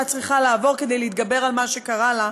צריכה לעבור כדי להתגבר על מה שקרה לה,